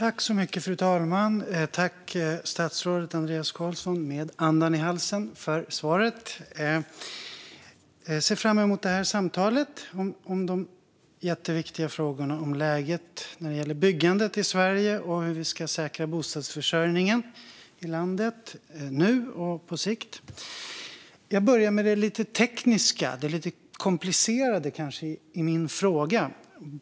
Fru talman! Jag tackar statsrådet Andreas Carlson för svaret. Jag ser fram emot denna debatt om de jätteviktiga frågorna om läget när det gäller byggandet i Sverige och om hur vi ska säkra bostadsförsörjningen i landet nu och på sikt. Jag ska börja med det lite tekniska och kanske komplicerade i min interpellation.